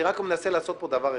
אני רק מנסה לעשות פה דבר אחד.